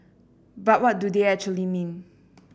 but what do they actually mean